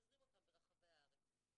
מפזרים אותם ברחבי הארץ.